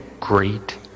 great